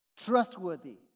trustworthy